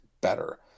better